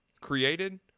created